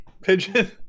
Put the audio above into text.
Pigeon